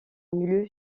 milieu